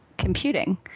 Computing